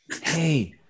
hey